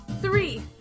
three